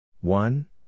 One